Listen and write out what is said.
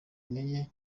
intege